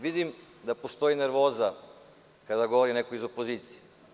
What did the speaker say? Vidim da postoji nervoza kada govori neko iz opozicije.